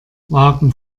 wagen